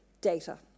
data